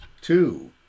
Two